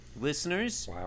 Listeners